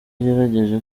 ugerageje